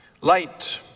Light